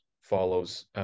follows